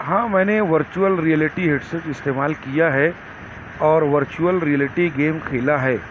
ہاں میں نے ورچوول ریئلیٹی ہیڈسیٹ استعمال کیا ہے اور ورچوول ریئلیٹی گیم کھیلا ہے